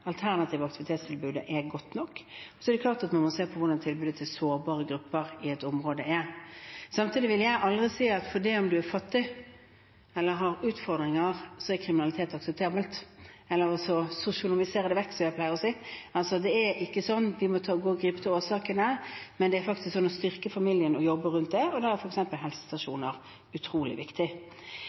hvordan tilbudet til sårbare grupper i et område er. Samtidig vil jeg aldri si at fordi man er fattig, eller har utfordringer, så er kriminalitet akseptabelt – eller «sosionomisere» det vekk, som jeg pleier å si. Det er ikke sånn. Vi må gripe til årsakene. Man må styrke familien og jobbe rundt det, og da er f.eks. helsestasjoner utrolig viktig.